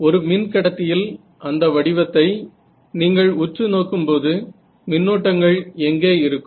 ஒரு மின் கடத்தியில் அந்த வடிவத்தை நீங்கள் உற்று நோக்கும் போது மின்னோட்டங்கள் எங்கே இருக்கும்